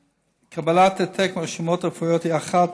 קבלת העתק מהרשומות הרפואיות היא אחת